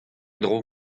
dro